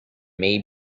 may